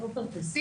תודה רבה.